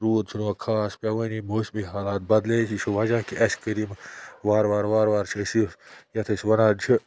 روٗد چھُنہٕ وٕ خاص پیٚوٲنی موسمی حالات بَدلیے ز یہِ چھُ وجہ کہِ اَسہِ کٔر یِم وارٕ وارٕ وارٕ وارٕ چھِ أسۍ یَتھ أسۍ وَنان چھِ